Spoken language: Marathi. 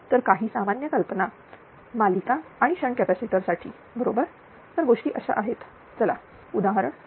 तर या काही सामान्य कल्पना मालिका आणि शंट कॅपॅसिटर साठी बरोबर तर गोष्टी कशा आहेत चला उदाहरण घेऊ